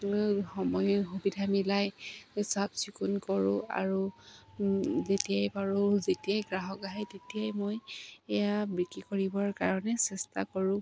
সময়ে সুবিধা মিলাই চাফচিকুণ কৰোঁ আৰু যেতিয়াই পাৰোঁ যেতিয়াই গ্ৰাহক আহে তেতিয়াই মই এয়া বিক্ৰী কৰিবৰ কাৰণে চেষ্টা কৰোঁ